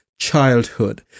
childhood